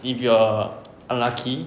if you are unlucky